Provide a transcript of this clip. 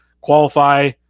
qualify